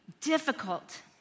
difficult